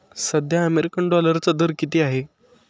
सध्या अमेरिकन डॉलरचा दर किती आहे?